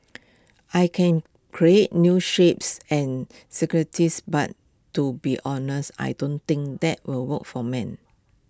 I can create new shapes and but to be honest I don't think that will work for men